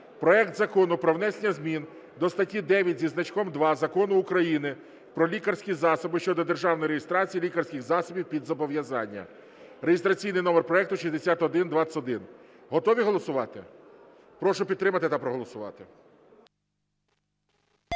проект Закону про внесення змін до статті 9 зі значком 2 Закону України "Про лікарські засоби" щодо державної реєстрації лікарських засобів під зобов'язання (реєстраційний номер проекту 6121). Готові голосувати? Прошу підтримати та проголосувати.